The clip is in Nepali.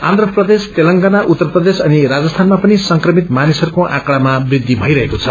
आन्न्र प्रदेश तेलेंगना उत्तर प्रदेश अनि राजस्थानमा पनि संक्रमित मानिसहरूको आँकड़ामा वृद्धि भइरहेको छ